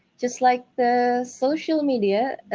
just like the social media,